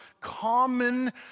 common